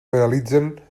realitzen